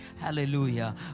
Hallelujah